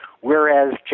whereas